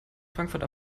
frankfurt